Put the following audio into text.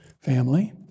family